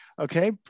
okay